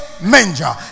manger